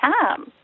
time